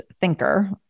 thinker